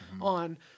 on